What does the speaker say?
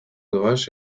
doaz